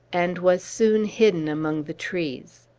and was soon hidden among the trees.